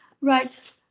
Right